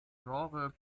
genre